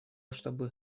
чтобы